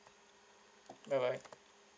bye bye